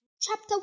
chapter